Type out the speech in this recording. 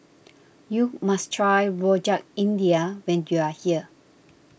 you must try Rojak India when you are here